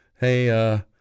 Hey